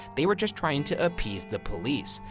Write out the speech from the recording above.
they were just trying to appease the police.